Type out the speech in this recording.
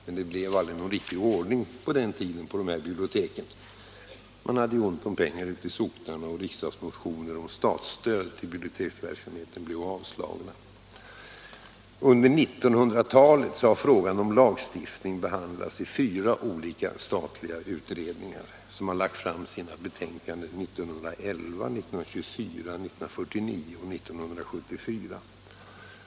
Men det blev aldrig någon riktig ordning på den tiden på de här biblioteken — man hade ju ont om pengar ute i socknarna och riksdagsmotioner om statsstöd till biblioteksverksamheten blev avslagna. Under 1900-talet har frågan om lagstiftning behandlats i fyra olika statliga utredningar, som lagt fram sina betänkanden 1911, 1924, 1949 och 1974.